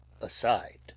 aside